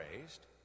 raised